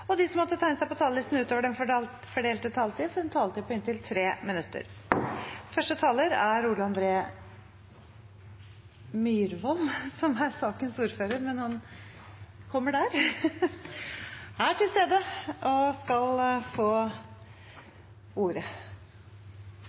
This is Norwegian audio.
og de som måtte tegne seg på talerlisten utover den fordelte taletid, får en taletid på inntil 3 minutter. I Kabelvåg i Lofoten har vi et unikt tilbud: Nordland kunst- og filmhøgskole, som er Norges og